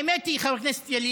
האמת היא, חבר הכנסת ילין,